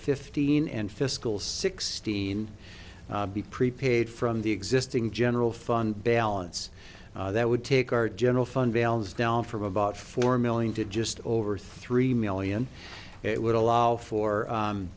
fifteen and fiscal sixteen be prepared from the existing general fund balance that would take our general fund veils down from about four million to just over three million it would allow for